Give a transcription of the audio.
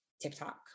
TikTok